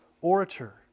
orator